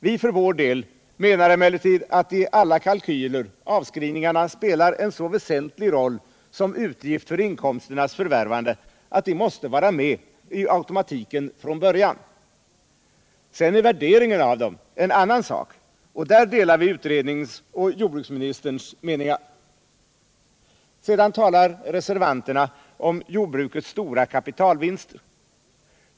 Vi för vår del menar emellertid att i alla kalkyler spelar avskrivningarna en så väsentlig roll som utgift för inkomsternas förvärvande att de måste vara med i automatiken från början. Sedan är värderingen en annan sak, och där delar vi utredningens 63 Sedan talar reservanterna om jordbrukets stora kapitalvinster.